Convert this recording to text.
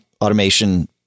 automation